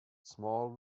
small